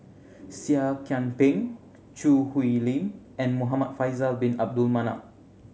Seah Kian Peng Choo Hwee Lim and Muhamad Faisal Bin Abdul Manap